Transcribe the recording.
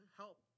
help